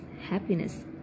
Happiness